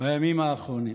בימים האחרונים.